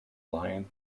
lion